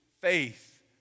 faith